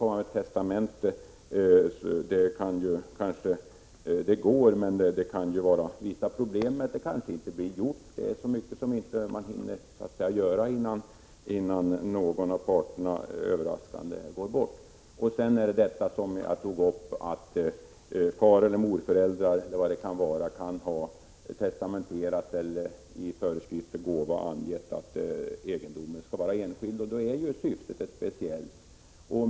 Visserligen går det att efteråt upprätta ett testamente, men det kan finnas problem. Det kanske inte blir av — det är så mycket man inte hinner göra, innan någon av parterna överraskande går bort. Vidare har vi det problemet, som jag tog upp, att exempelvis faroch morföräldrar kan ha testamenterat eller i föreskrift vid gåva angett att egendom skall vara enskild egendom, och då är ju syftet speciellt.